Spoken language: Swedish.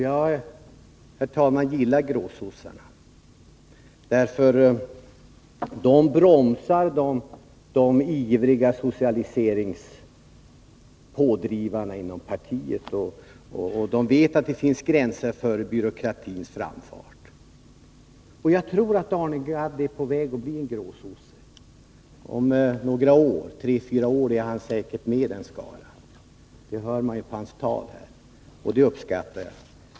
Jag gillar gråsossar, herr talman, därför att de bromsar de ivriga socialiseringspådrivarna inom partiet. De vet att det finns gränser för byråkratins framfart. Jag tror att Arne Gadd är på väg att bli en gråsosse. Om tre fyra år är han med i den skaran. Det hör jag av hans tal här och det uppskattar jag.